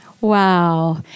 Wow